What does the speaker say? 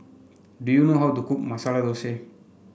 do you know how to cook Masala Thosai